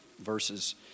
verses